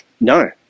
No